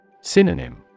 Synonym